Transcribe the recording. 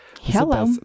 Hello